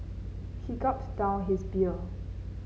he gulped down his beer